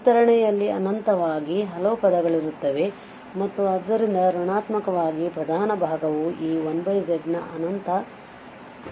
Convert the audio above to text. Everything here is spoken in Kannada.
ವಿಸ್ತರಣೆಯಲ್ಲಿ ಅನಂತವಾಗಿ ಹಲವು ಪದಗಳಿರುತ್ತವೆ ಮತ್ತು ಆದ್ದರಿಂದ ಋಣಾತ್ಮಕವಾಗಿ ಪ್ರಧಾನ ಭಾಗವು ಈ 1z ನ ಅನಂತ ಅನೇಕ ಪದಗಳನ್ನು ಹೊಂದಿದೆ